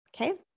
okay